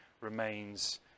remains